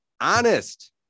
honest